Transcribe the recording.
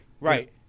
right